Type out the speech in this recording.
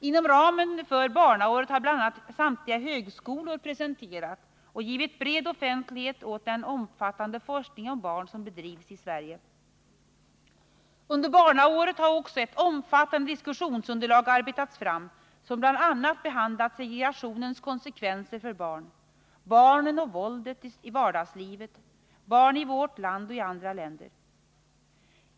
Inom ramen för barnåret har bl.a. samtliga högskolor presenterat och givit bred offentlighet åt den omfattande forskning om barn som bedrivs i Sverige. Under barnåret har också ett omfattande diskussionsunderlag arbetats fram som bl.a. behandlat segregationens konsekvenser för barn, barnen och våldet i vardagslivet, barn i vårt land och i andra länder.